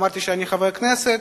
אמרתי שאני חבר כנסת,